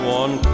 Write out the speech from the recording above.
one